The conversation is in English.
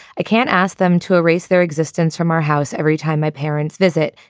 i can't ask them to erase their existence from our house. every time my parents visit.